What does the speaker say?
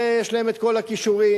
ויש להם כל הכישורים,